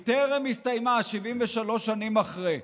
היא טרם הסתיימה, 73 שנים אחרי.